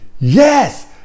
yes